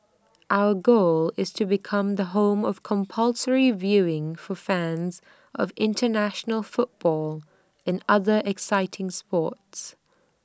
our goal is to become the home of compulsory viewing for fans of International football and other exciting sports